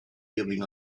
giving